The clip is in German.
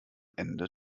ende